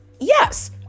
Yes